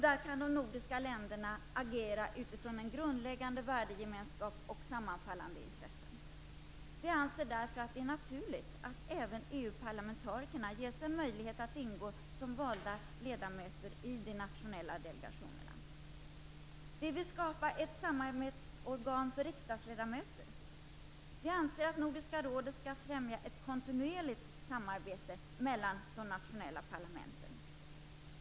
Där kan de nordiska länderna agera utifrån en grundläggande värdegemenskap och sammanfallande intressen. Vi anser därför att det är naturligt att även EU-parlamentarikerna ges en möjlighet att ingå som valda ledamöter i de nationella delegationerna. Vi vill skapa ett samarbetsorgan för riksdagsledamöter. Vi anser att Nordiska rådet skall främja ett kontinuerligt samarbete mellan de nationella parlamenten.